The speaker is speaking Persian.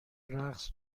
رقص